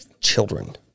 children